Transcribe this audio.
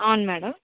అవును మేడం